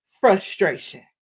frustration